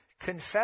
Confess